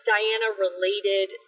Diana-related